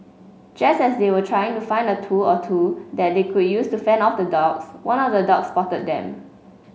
just as they were trying to find a tool or two that they could use to fend off the dogs one of the dogs spotted them